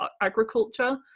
agriculture